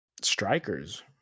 strikers